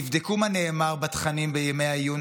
תבדקו מה נאמר בתכנים בימי העיון,